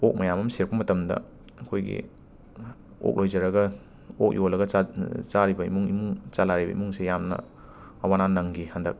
ꯑꯣꯛ ꯃꯌꯥꯝ ꯑꯃ ꯁꯤꯔꯛꯄ ꯃꯇꯝꯗ ꯑꯩꯈꯣꯏꯒꯤ ꯑꯣꯛ ꯂꯣꯏꯖꯔꯒ ꯑꯣꯛ ꯌꯣꯜꯂꯒ ꯆꯥ ꯆꯥꯔꯤꯕ ꯏꯃꯨꯡ ꯏꯃꯨꯡ ꯆꯂꯥꯏꯔꯤꯕ ꯏꯃꯨꯡꯁꯦ ꯌꯥꯝꯅ ꯑꯋꯥ ꯑꯅꯥ ꯅꯪꯈꯤ ꯍꯟꯗꯛ